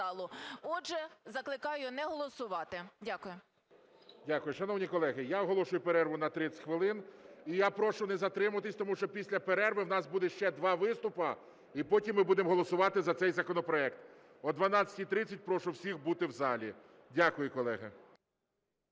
Отже, закликаю не голосувати. Дякую. 11:57:24 ГОЛОВУЮЧИЙ. Дякую. Шановні колеги, я оголошую перерву на 30 хвилин. І я прошу не затримуватись, тому що після перерви в нас буде ще два виступи і потім ми будемо голосувати за цей законопроект. О 12:30 прошу всіх бути в залі. Дякую, колеги.